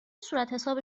صورتحساب